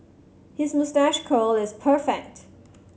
his moustache curl is perfect